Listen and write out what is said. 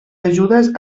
ajudes